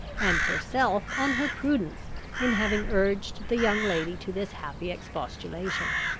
and herself on her prudence in having urged the young lady to this happy expostulation.